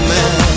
Man